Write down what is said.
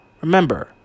Remember